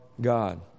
God